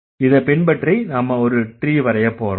இதைப்பின்பற்றி நாம ஒரு ட்ரீ வரையப்போறோம்